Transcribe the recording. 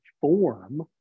form